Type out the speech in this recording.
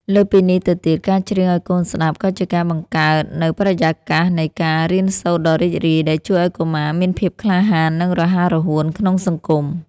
លើសពីនេះទៅទៀត ការច្រៀងឱ្យកូនស្តាប់ក៏ជាការបង្កើតនូវបរិយាកាសនៃការរៀនសូត្រដ៏រីករាយ ដែលជួយឱ្យកុមារមានភាពក្លាហាន និងរហ័សរហួនក្នុងសង្គម។